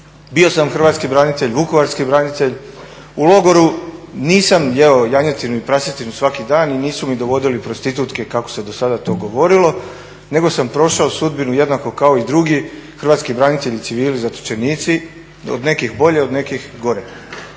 bio sam hrvatski branitelj, vukovarski branitelj. U logoru nisam jeo janjetinu i prasetinu svaki dan i nisu mi dovodili prostitutke kako se do sada to govorilo nego sam prošao sudbinu jednako kao i drugi hrvatski branitelji civili, zatočenici, od nekih bolje, od nekih gore.